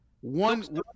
one